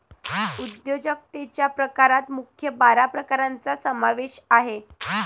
उद्योजकतेच्या प्रकारात मुख्य बारा प्रकारांचा समावेश आहे